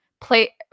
play